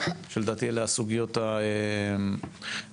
שלדעתי אלה הסוגיות הדחופות,